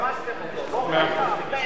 מסמסתם אותו, הוא לא קיים, הוא מת.